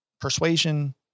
persuasion